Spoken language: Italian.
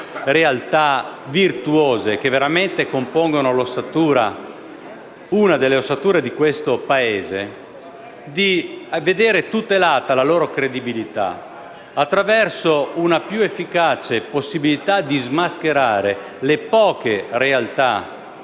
realtà virtuose che veramente compongono una delle ossature di questo Paese, vedere tutelata la loro credibilità attraverso una più efficace possibilità di smascherare le poche realtà